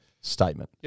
statement